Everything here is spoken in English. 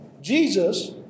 Jesus